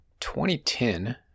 2010